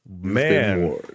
Man